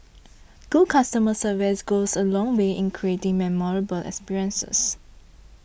good customer service goes a long way in creating memorable experiences